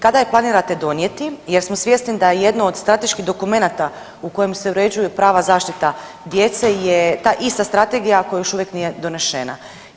Kada je planirate donijeti, jer smo svjesni da je jedno od strateških dokumenata u kojem se uređuje prava zaštita djece je ta ista strategija koja još uvijek nije donesena?